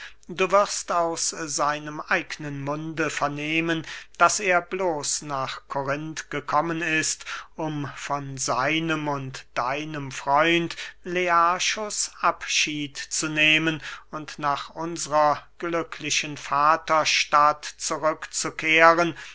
du wirst aus seinem eignen munde vernehmen daß er bloß nach korinth gekommen ist um von seinem und deinem freund learchus abschied zu nehmen und nach unsrer glücklichen vaterstadt zurück